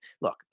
look